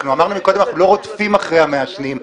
אמרנו קודם, אנחנו לא רודפים אחרי המעשנים.